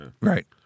Right